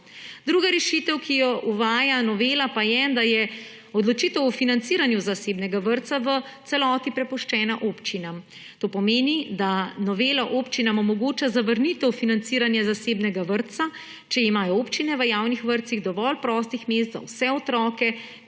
Druga rešitev, ki jo uvaja novela, pa je, da je odločitev o financiranju zasebnega vrtca v celoti prepuščena občinam. To pomeni, da novela občinam omogoča zavrnitev financiranja zasebnega vrtca, če imajo občine v javnih vrtcih dovolj prostih mest za vse otroke,